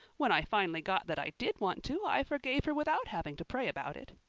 when i finally got that i did want to i forgave her without having to pray about it.